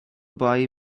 buy